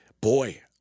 Boy